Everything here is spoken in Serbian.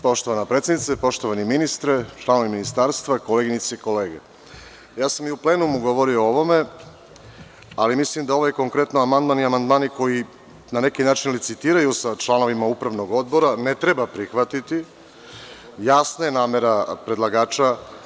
Poštovana predsednice, poštovani ministre, članovi Ministarstva, ja sam i u plenumu govorio o ovome, ali mislim da ovaj amandman i amandmani koji na neki način licitiraju sa članovima upravnog odbora, ne treba prihvatiti i jasna je namera tu predlagača.